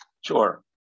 Sure